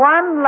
One